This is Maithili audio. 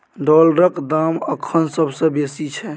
डॉलरक दाम अखन सबसे बेसी छै